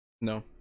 no